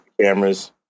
cameras